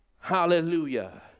Hallelujah